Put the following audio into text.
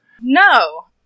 No